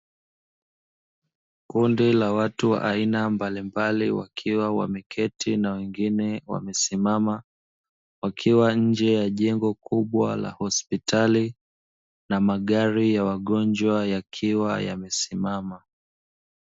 Kundi la watu wa aina mbalimbali wakiwa wameketi na wengine wamesimama, wakiwa nje ya jengo kubwa la hospitali na magari ya wagonjwa yakiwa yamesimama.